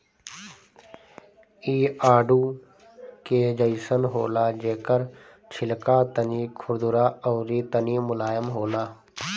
इ आडू के जइसन होला जेकर छिलका तनी खुरदुरा अउरी तनी मुलायम होला